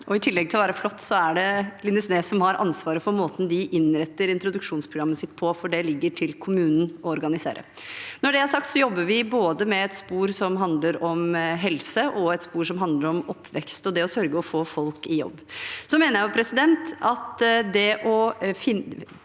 i tillegg til å være flott er det Lindesnes som har ansvaret for måten de innretter introduksjonsprogrammet sitt på, for det ligger til kommunen å organisere. Når det er sagt, jobber vi både med et spor som handler om helse, og med et spor som handler om oppvekst og det å sørge for å få folk i jobb. Så mener jeg at det at kommunene